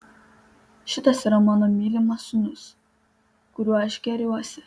šitas yra mano mylimas sūnus kuriuo aš gėriuosi